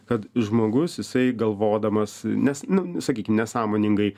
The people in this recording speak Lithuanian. kad žmogus jisai galvodamas nes nu sakykim nesąmoningai